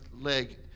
leg